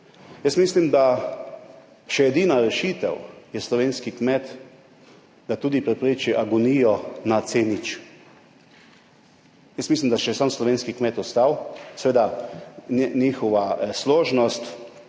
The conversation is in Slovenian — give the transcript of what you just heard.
Jaz mislim, da še edina rešitev je slovenski kmet, da tudi prepreči agonijo na C0. Jaz mislim, da če je sam slovenski kmet ostal. Seveda je njihova složnost,